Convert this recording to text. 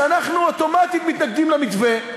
שאנחנו אוטומטית מתנגדים למתווה,